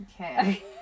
Okay